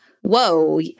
whoa